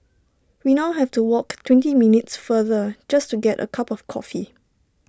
we now have to walk twenty minutes farther just to get A cup of coffee